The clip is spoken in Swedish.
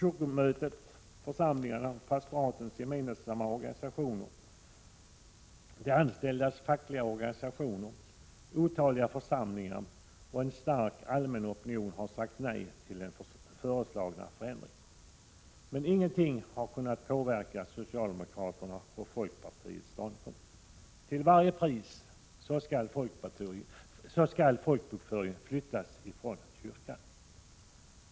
Kyrkomötet, församlingarnas och pastoratens gemensamma organisation, de anställdas fackliga organisationer, otaliga församlingar och en stark allmän opinion har sagt nej till den föreslagna förändringen. Men ingenting har kunnat påverka socialdemokraternas och folkpartiets ståndpunkt. Till varje pris skall folkbokföringen flyttas från kyrkan.